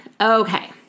Okay